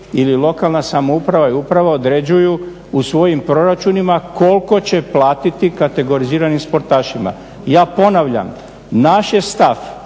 ili lokalna samouprava i uprava određuju u svojim proračunima koliko će platiti kategoriziranim sportašima. Ja ponavljam, naš je stav